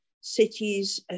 cities